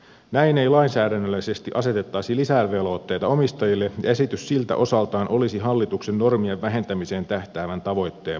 näin ei lainsäädännöllisesti asetettaisi lisävelvoitteita omistajille ja esitys siltä osaltaan olisi hallituksen normien vähentämiseen tähtäävän tavoitteen mukainen